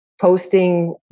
posting